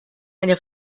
eine